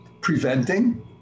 preventing